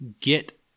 Get